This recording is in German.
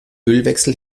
ölwechsel